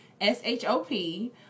S-H-O-P